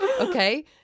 okay